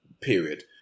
period